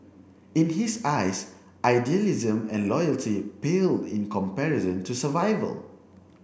in his eyes idealism and loyalty paled in comparison to survival